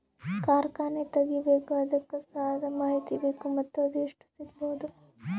ಕಾರ್ಖಾನೆ ತಗಿಬೇಕು ಅದಕ್ಕ ಸಾಲಾದ ಮಾಹಿತಿ ಬೇಕು ಮತ್ತ ಅದು ಎಷ್ಟು ಸಿಗಬಹುದು?